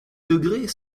degrés